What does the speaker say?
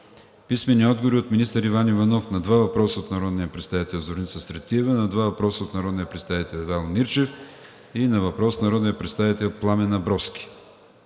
Димитров; - министър Иван Иванов на два въпроса от народния представител Зорница Стратиева; на два въпроса от народния представител Ивайло Мирчев и на въпрос от народния представител Пламен Абровски;